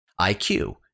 IQ